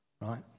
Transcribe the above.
right